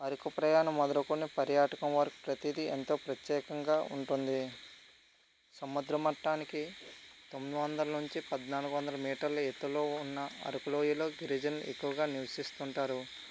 అరకు ప్రయాణం మొదలుకొని పర్యాటకం వరకు ప్రతిది ఎంతో ప్రత్యేకంగా ఉంటుంది సముద్ర మట్టానికి తొమ్మిది వందల నుండి పద్నాలుగు వందల మీటర్ల ఎత్తులో ఉన్న అరకు లోయలో గిరిజనులు ఎక్కువగా నివసిస్తు ఉంటారు